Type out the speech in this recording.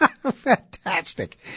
Fantastic